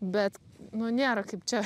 bet nu nėra kaip čia